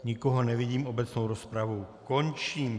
Nikoho nevidím, obecnou rozpravu končím.